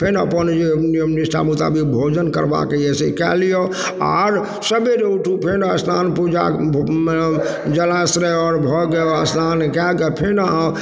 फेन अपन जे नियम निष्ठा मुताबिक भोजन करबाके यऽ से कए लिअ आओर सबेर उठु फेन स्नान पूजा मने जलाश्रय आओर भोरके स्नान कएके फेन अहाँ